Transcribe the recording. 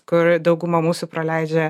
kur dauguma mūsų praleidžia